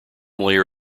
layer